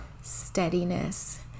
steadiness